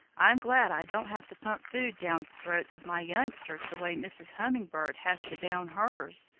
i'm glad i don't have to pump food down the throats of my youngsters the way mrs. hummingbird has to down hers.